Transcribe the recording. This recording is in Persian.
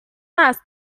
است